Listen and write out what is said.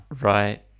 Right